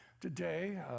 Today